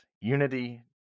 unity